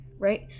Right